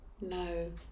No